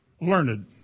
Learned